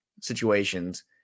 situations